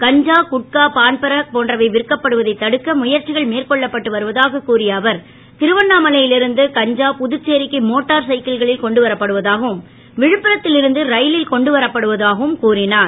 கஞ்சா போன்றவை விற்கப்படுவதை தடுக்க குட்கா பான்பராக் முயற்சிகள் மேற்கொள்ளப்பட்டு வருவதாக கூறிய அவர் திருவண்ணாமலையில் இருந்து கஞ்சா புதுச்சேரிக்கு மோட்டார் சைக்கிள்களில் கொண்டு வரப்படுவதாகவும் விழுப்புரத்தில் இருந்து ரயிலில் கொண்டு வரப்படுவதாகவும் கூறினார்